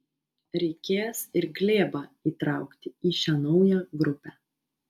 reikės ir glėbą įtraukti į šią naują grupę